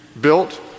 built